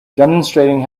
demonstrating